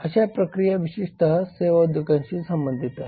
अशा प्रक्रिया विशेषत सेवा उद्योगांशी संबंधित आहे